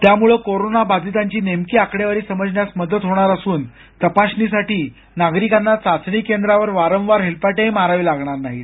त्यामुळं कोरोना बाधितांची नेमकी आकडेवारी समजण्यास मदत होणार असून तपासणीसाठी नागरिकांना चाचणी केंद्रावर वारंवार हेलपाटेही मारावे लागणार नाहीत